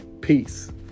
Peace